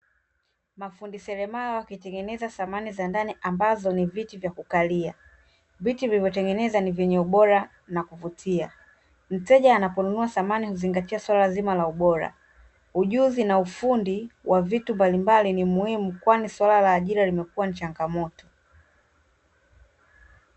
Mafundi seremala wakitengeneza samani za ndani ambazo ni viti vya kukalia. Viti vilivyotengenezwa ni vyenye ubora na kuvutia. Mteja anaponunua samani huzingatia swala zima la ubora. Ujuzi na ufundi wa vitu mbalimbali ni muhimu kwani swala la ajira limekuwa ni changamoto.